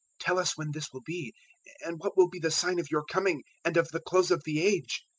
tell us when this will be and what will be the sign of your coming and of the close of the age?